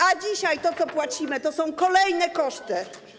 A dzisiaj to, co płacimy, to są kolejne koszty.